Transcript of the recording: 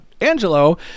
Angelo